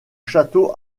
château